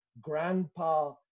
grandpa